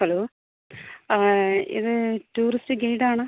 hello ആ ഇത് tourist ഗൈഡാണ്